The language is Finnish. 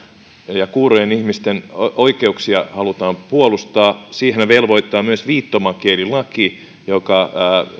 ja kuurojen ihmisten oikeuksia halutaan puolustaa siihen velvoittaa myös viittomakielilaki joka